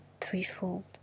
threefold